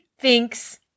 thinks